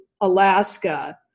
Alaska